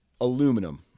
aluminum